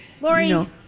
Lori